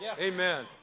Amen